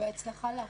בהצלחה לך.